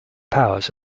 powers